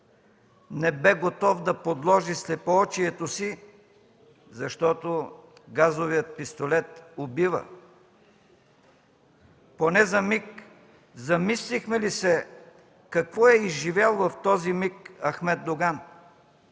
не бе готов да подложи слепоочието си, защото газовият пистолет убива. Поне за миг замислихме ли се какво е изживял в този момент Ахмед Доган?